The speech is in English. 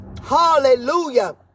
hallelujah